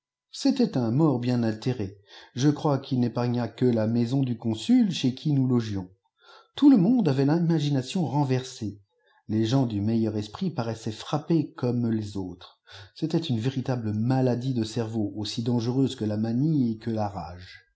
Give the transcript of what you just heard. c'était un mort bien altéré je crois qu'il n'épargna que la maison du consul chez qui nous logions tout le monde avait l'imagination renversée les gens du meilleur esprit paraissaient frappés comme les autres c'était une véritable maladie de cerveau aussi dange reuse que la manie et que la rage